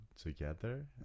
together